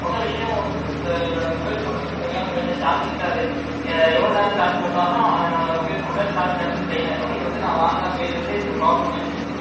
முத விஷயம் வந்து என்னோடய மொபைல் ஃபோனில் வந்து சரியான முறைல சார்ஜ் நிற்காது எவ்வளோ நேரம் சார்ஜ் போட்டாலும் என்னோடய மொபைல் ஃபோனில் சார்ஜ் டக்குனு ட்ரைன் ஆயிடும் இது வந்து நான் வாங்குனப்பைலேருந்து இந்த ப்ராப்லம் எனக்கு இருக்குது